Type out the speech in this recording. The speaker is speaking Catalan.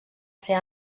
ser